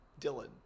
Dylan